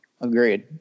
Agreed